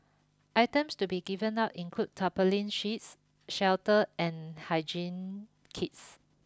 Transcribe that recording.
items to be given out include tarpaulin sheets shelter and hygiene kits